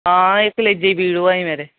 आं कलेजे पीड़ होआ दी मेरे